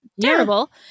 terrible